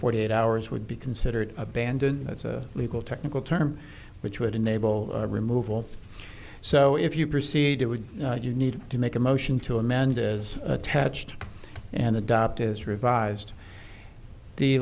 forty eight hours would be considered abandoned that's a legal technical term which would enable removal so if you proceed it would you need to make a motion to amend is attached and adopt is revised the